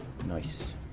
Nice